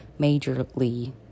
majorly